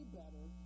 better